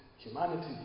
Humanity